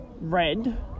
red